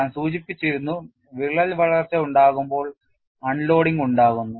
ഞാൻ സൂചിപ്പിച്ചിരുന്നു വിള്ളൽ വളർച്ച ഉണ്ടാകുമ്പോൾ അൺലോഡിങ്ങ് ഉണ്ടാകുന്നു